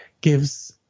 gives